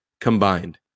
combined